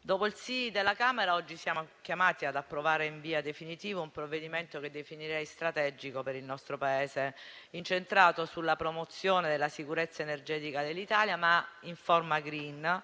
dopo il sì della Camera dei deputati oggi siamo chiamati ad approvare in via definitiva un provvedimento che definirei strategico per il nostro Paese, incentrato sulla promozione della sicurezza energetica dell'Italia, ma in forma *green*,